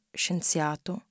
scienziato